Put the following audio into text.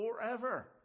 forever